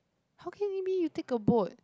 how can it be you take a boat